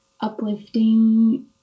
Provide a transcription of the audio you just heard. uplifting